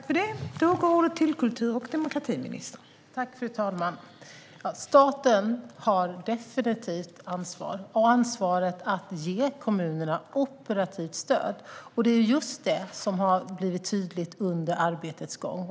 Fru talman! Staten har definitivt ett ansvar. Man har ansvaret att ge kommunerna operativt stöd. Det är just det som har blivit tydligt under arbetets gång.